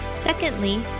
Secondly